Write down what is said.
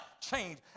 change